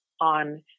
on